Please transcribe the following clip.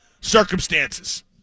circumstances